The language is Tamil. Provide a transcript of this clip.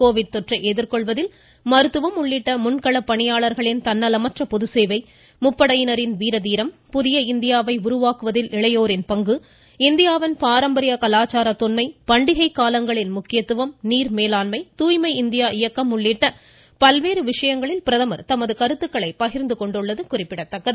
கோவிட் தொற்றை எதிர்கொள்வதில் மருத்துவம் உள்ளிட்ட முன்கள பணியாளர்களின் தன்னலமற்ற பொது சேவை முப்படையினாின் வீர தீரம் புதிய இந்தியாவை உருவாக்குவதில் மாணாக்கரின் பங்கு இந்தியாவின் பாரம்பரிய கலாச்சார தொன்மை பண்டிகை காலங்களின் முக்கியத்துவம் நீர் மேலாண்மை தூய்மை இந்தியா இயக்கம் உள்ளிட்ட பல்வேறு விசயங்களில் பிரதமர் தமது கருத்துக்களை பகிர்ந்து கொண்டுள்ளது குறிப்பிடத்தக்கது